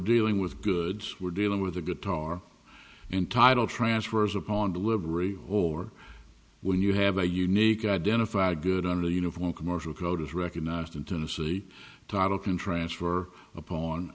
dealing with goods we're dealing with a guitar entitled transfers upon delivery or when you have a unique identifier good under the uniform commercial code is recognized in tennessee title can transfer